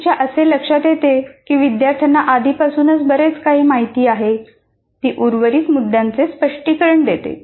तिच्या असे लक्षात येते की विद्यार्थ्यांना आधीपासूनच बरेच काही माहीत आहे ती उर्वरित मुद्द्यांचे स्पष्टीकरण देते